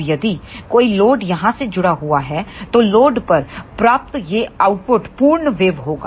अब यदि कोई लोड यहां से जुड़ा हुआ है तो लोड पर प्राप्त यह आउटपुट पूर्ण वेव होगा